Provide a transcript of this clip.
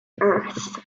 earth